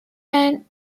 band